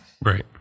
Right